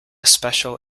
special